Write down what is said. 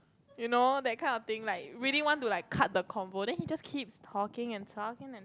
you know that kind of thing like really want to like cut the convo then he just keep talking and talking and